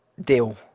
deal